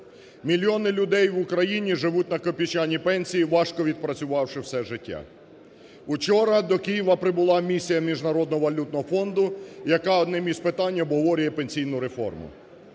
Мільйони людей в Україні живуть на копійчані пенсії, важко відпрацювавши все життя. Учора до Києва прибула місія Міжнародного валютного фонду, яка одним із питань обговорює пенсійну реформу.